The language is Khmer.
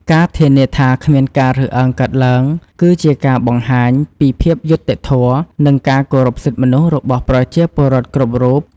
ការធានាថាគ្មានការរើសអើងកើតឡើង គឺជាការបង្ហាញពីភាពយុត្តិធម៌ និងការគោរពសិទ្ធិមនុស្សរបស់ប្រជាពលរដ្ឋគ្រប់រូប។